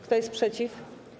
Kto jest przeciw?